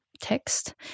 text